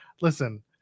listen